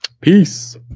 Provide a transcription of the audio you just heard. peace